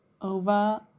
over